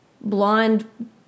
blonde